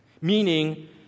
meaning